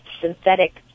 synthetic